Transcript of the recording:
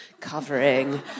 covering